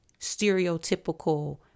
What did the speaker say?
stereotypical